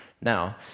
now